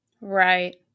Right